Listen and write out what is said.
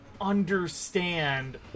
understand